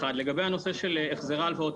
לגבי נושא של החזרי הלוואות,